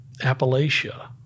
Appalachia